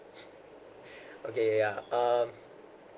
okay ya um